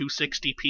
260p